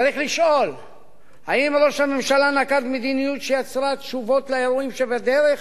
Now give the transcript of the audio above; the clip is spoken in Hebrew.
צריך לשאול אם ראש הממשלה נקט מדיניות שיצרה תשובות לאירועים שבדרך,